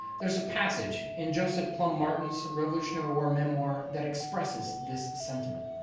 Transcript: there's a passage in joseph plum martins revolutionary war memoir that expresses this sentiment.